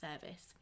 service